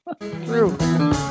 true